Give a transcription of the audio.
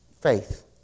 faith